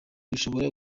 ushobora